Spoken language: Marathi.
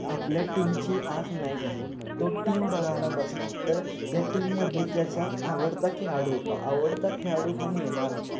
आपल्या टीमची आज मॅच आहे तो टीम बघायला बसला तर त्या टीममध्ये त्याचा आवडता खेळाडू होता आवडता खेळाडू हा नेमार होता